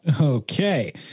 Okay